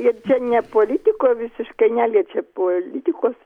ir čia ne politiko visiškai neliečia politikos